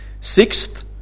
sixth